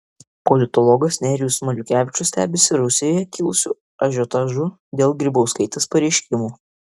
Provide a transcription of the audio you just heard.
politologas nerijus maliukevičius stebisi rusijoje kilusiu ažiotažu dėl grybauskaitės pareiškimų